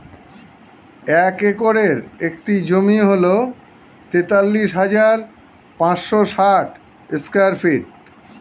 এক একরের একটি জমি হল তেতাল্লিশ হাজার পাঁচশ ষাট স্কয়ার ফিট